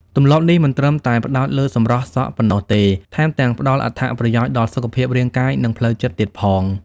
ទម្លាប់នេះមិនត្រឹមតែផ្តោតលើសម្រស់សក់ប៉ុណ្ណោះទេ ថែមទាំងផ្តល់អត្ថប្រយោជន៍ដល់សុខភាពរាងកាយ និងផ្លូវចិត្តទៀតផង។